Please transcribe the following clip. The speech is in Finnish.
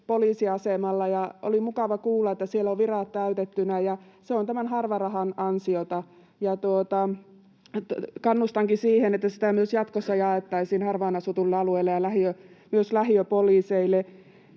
poliisiasemalla, ja oli mukava kuulla, että siellä on virat täytettynä, ja se on tämän Harva-rahan ansiota. Kannustankin siihen, että sitä myös jatkossa jaettaisiin harvaan asutuille alueille ja myös lähiöpoliiseille.